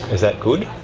is that good?